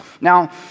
Now